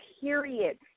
period